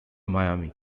miami